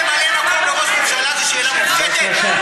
האם ממלא-מקום לראש ממשלה זה שאלה מופשטת?